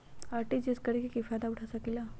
RTGS करे से की फायदा उठा सकीला?